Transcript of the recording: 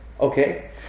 Okay